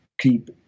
keep